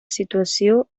situació